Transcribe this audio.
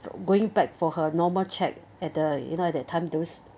going back for her normal check at the you know at that time those